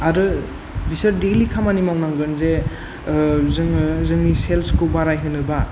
आरो बिसोर दैलि खामानि मावनांगोन जे जोङो जोंनि सेल्स खौ बारायहोनोबा